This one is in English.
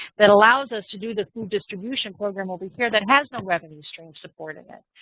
that allows us to do the food distribution program over here that has no revenue stream supporting it.